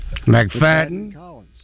McFadden